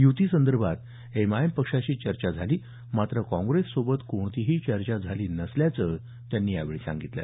युतीसंदर्भात M I M पक्षाशी चर्चा झाली मात्र काँग्रेससोबत कोणतीही चर्चा झाली नसल्याचं त्यांनी सांगितलं